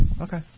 okay